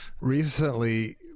recently